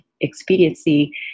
expediency